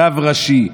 רב ראשי,